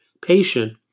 patient